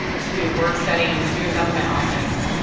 to work-study in the student government office.